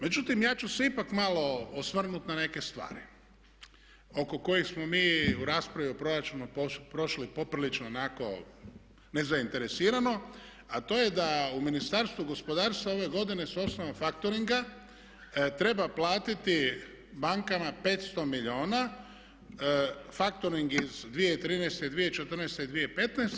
Međutim, ja ću se ipak malo osvrnuti na neke stvari oko kojih smo mi u raspravi u proračunu prošli poprilično onako nezainteresirano, a to je da u Ministarstvu gospodarstva ove godine s osnova faktoringa treba platiti bankama 500 milijuna, faktoring iz 2013., 2014. i 2015.